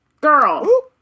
girl